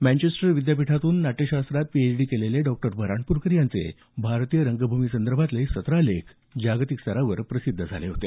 Manchester विद्यापीठातून नाट्यशास्त्रात PhD केलेले डॉ बऱ्हाणपूरकर यांचे भारतीय रंगभूमीसंदर्भात सतरा लेख जागतिक स्तरावर प्रसिद्ध झाले होते